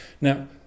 now